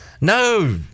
no